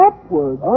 Upward